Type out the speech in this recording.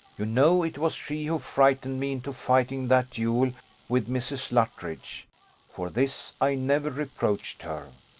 you know it was she who frightened me into fighting that duel with mrs. luttridge for this i never reproached her.